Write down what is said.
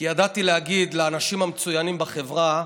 כי ידעתי להגיד לאנשים המצוינים בחברה: